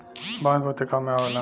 बांस बहुते काम में अवेला